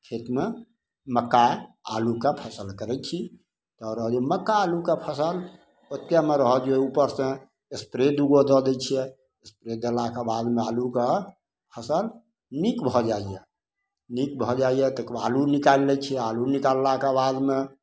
खेतमे मक्का आलूके फसल करै छी आओर रहल मक्का आलूके फसिल ओतबेमे रहऽ दिऔ उपरसे एस्प्रे दुइगो दऽ दै छिए एस्प्रे देलाके बाद आलूके फसिल नीक भऽ जाइए नीक भऽ जाइए ताहिके बाद आलू निकालि लै छी आलू निकललाके बादमे